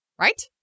Right